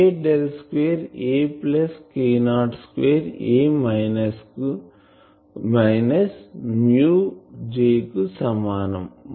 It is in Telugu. A del square A plus k02 A minus ము J కు సమానం